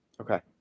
Okay